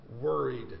worried